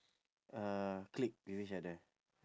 uh click with each other